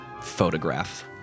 photograph